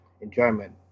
enjoyment